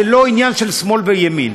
זה לא עניין של שמאל וימין,